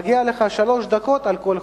מגיעות לך שלוש דקות על כל חוק,